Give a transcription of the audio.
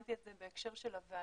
ציינתי את זה בהקשר של הוועדה,